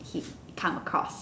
he come across